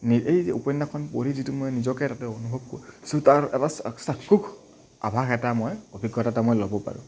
নি এই যে উপন্য়সখন পঢ়ি যিটো মই নিজকে তাতে অনুভৱ কৰোঁ তাৰ এটা চাক্ষুষ আভাস এটা মই অভিজ্ঞতা এটা মই ল'ব পাৰোঁ